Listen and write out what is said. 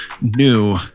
new